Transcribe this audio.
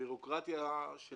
הבירוקרטיה של